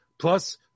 Plus